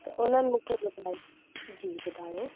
उन्हनि मूंखे ॿुधाइनि जी ॿुधायो